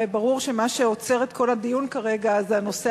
הרי ברור שמה שעוצר את כל הדיון כרגע זה הנושא